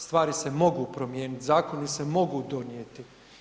Stvari se mogu promijeniti, zakoni se mogu donijeti.